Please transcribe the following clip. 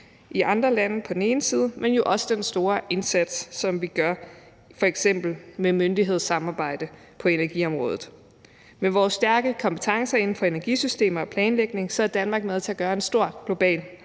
i andre lande på den ene side, men jo også på den anden side den store indsats, som vi gør f.eks. med myndighedssamarbejde på energiområdet. Med vores stærke kompetencer inden for energisystemer og planlægning er Danmark med til at gøre en stor global